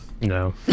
No